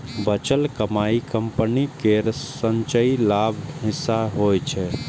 बचल कमाइ कंपनी केर संचयी लाभक हिस्सा होइ छै